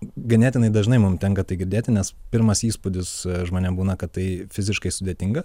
ganėtinai dažnai mum tenka tai girdėti nes pirmas įspūdis žmonėm būna kad tai fiziškai sudėtinga